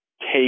take